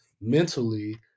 mentally